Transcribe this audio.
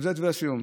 זה דברי הסיום.